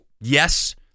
yes